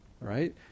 right